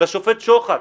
לשופט שוחט.